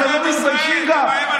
אתם לא מתביישים גם.